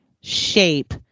shape